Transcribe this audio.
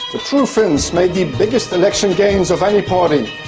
the true finns made the biggest election gains of any party,